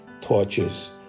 torches